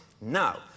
now